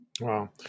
Wow